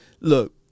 Look